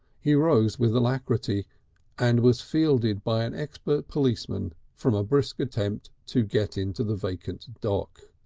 he rose with alacrity and was fielded by an expert policeman from a brisk attempt to get into the vacant dock.